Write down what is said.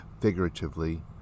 figuratively